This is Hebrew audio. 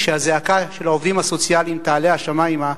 כשהזעקה של העובדים הסוציאליים תעלה השמימה,